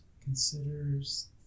considers